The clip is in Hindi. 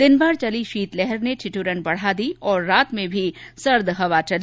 दिनंगर चली शीतलहर ने ठिद्रन बढा दी और रात में भी सर्द हवा चली